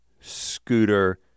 scooter